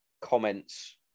comments